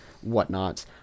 whatnot